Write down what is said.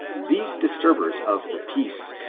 these dbturbers of the peace,